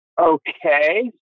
Okay